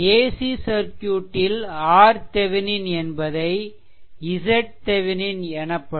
AC சர்க்யூட்டில் RThevenin என்பதை zThevenin எனப்படும்